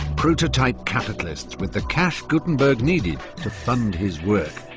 prototype capitalists with the cash gutenberg needed to fund his work.